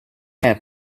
half